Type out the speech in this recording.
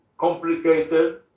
complicated